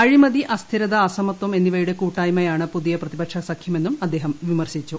അഴിമതി അസ്ഥിരത അസമത്വം എന്നിവയുടെ കൂട്ടായ്മയാണ് പുതിയ പ്രതിപക്ഷ സഖ്യമെന്നും അദ്ദേഹം വിമർശിച്ചു